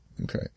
Okay